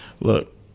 Look